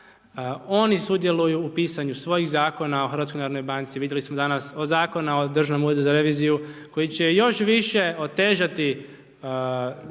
oni sudjeluju u pisanju svojih zakona o HNB, vidjeli smo danas, o Zakonu za Državnom uredu za reviziju, koji će još više otežati